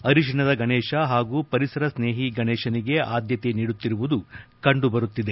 ಅರಿಶಿಣದ ಗಣೇಶ ಹಾಗೂ ಪರಿಸರ ಸ್ನೇಹಿ ಗಣೇಶನಿಗೆ ಆದ್ಯತೆ ನೀಡುತ್ತಿರುವುದು ಕಂಡು ಬರುತ್ತಿದೆ